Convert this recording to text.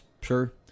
sure